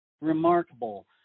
remarkable